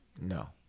No